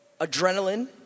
adrenaline